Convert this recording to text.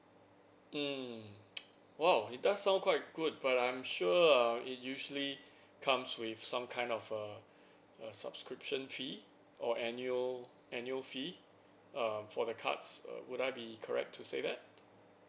mm !wow! it does sounds quite good but I'm sure uh it usually comes with some kind of a a subscription fee or annual annual fee uh for the cards uh would I be correct to say that